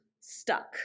stuck